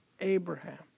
Abraham